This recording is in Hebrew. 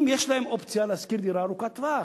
אם יש להם אופציה לשכירת דירה ארוכת טווח.